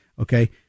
okay